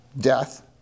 death